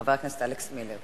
חבר הכנסת אלכס מילר.